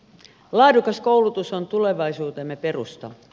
laadukas koulutus on tulevaisuutemme perusta